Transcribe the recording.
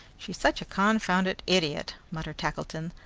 she's such a con-founded idiot, muttered tackleton,